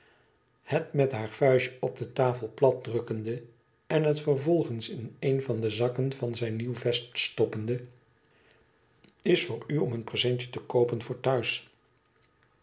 het met haar vuistje op de tafel platdrukkende en het vervolgens in een van de zakken van zijn nieuw vest stoppende tis voor u om een presentje te koopen voor thuis